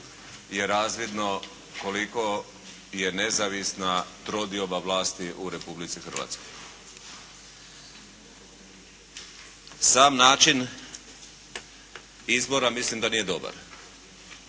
je razvidno koliko je nezavisna trodioba vlasti u Republici Hrvatskoj. Sam način izbora mislim da nije dobar